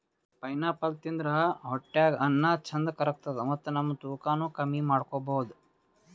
pineapple ತಿಂದ್ರ್ ಹೊಟ್ಟ್ಯಾಗ್ ಅನ್ನಾ ಚಂದ್ ಕರ್ಗತದ್ ಮತ್ತ್ ನಮ್ ತೂಕಾನೂ ಕಮ್ಮಿ ಮಾಡ್ಕೊಬಹುದ್